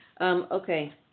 Okay